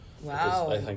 Wow